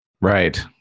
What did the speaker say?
Right